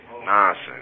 nonsense